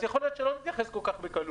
אז יכול להיות שלא נתייחס כל כך בקלות.